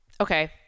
okay